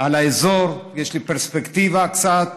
על האזור, יש לי פרספקטיבה קצת